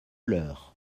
leur